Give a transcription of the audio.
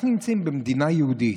אנחנו נמצאים במדינה יהודית.